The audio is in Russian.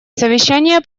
совещания